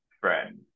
friend